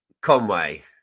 Conway